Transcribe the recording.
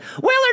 Willard